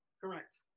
Correct